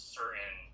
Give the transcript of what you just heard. certain